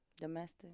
domestic